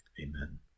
amen